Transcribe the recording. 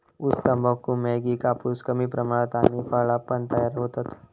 ऊस, तंबाखू, मॅगी, कापूस कमी प्रमाणात आणि फळा पण तयार होतत